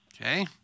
Okay